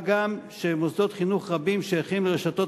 מה גם שמוסדות חינוך רבים שייכים לרשתות